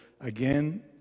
again